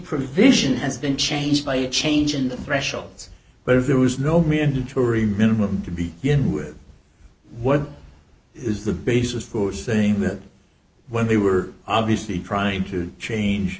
provision has been changed by a change in the thresholds where there was no mandatory minimum to be in with what is the basis for saying that when they were obviously trying to change